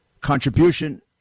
contribution